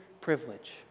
privilege